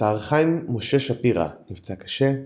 השר חיים משה שפירא נפצע קשה,